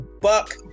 buck